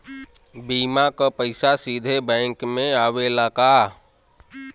बीमा क पैसा सीधे बैंक में आवेला का?